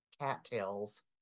cattails